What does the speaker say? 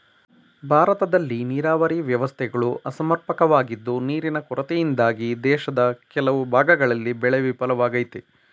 ಭಾರತದಲ್ಲಿ ನೀರಾವರಿ ವ್ಯವಸ್ಥೆಗಳು ಅಸಮರ್ಪಕವಾಗಿದ್ದು ನೀರಿನ ಕೊರತೆಯಿಂದಾಗಿ ದೇಶದ ಕೆಲವು ಭಾಗಗಳಲ್ಲಿ ಬೆಳೆ ವಿಫಲವಾಗಯ್ತೆ